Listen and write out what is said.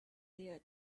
you